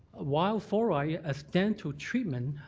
while fluoride as dental treatment,